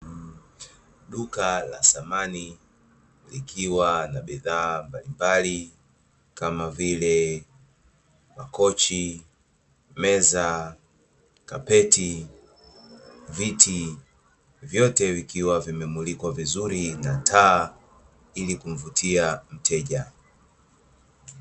Duka la samani likiwa na bidhaa mbalimbali kama vile: makochi, meza, kapeti, viti, vyote vikiwa vimemulikwa vizuri na taa ili kumvutia mteja.